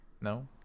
No